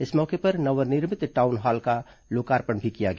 इस मौके पर नवनिर्मित टाउन हॉल भवन का लोकार्पण भी किया गया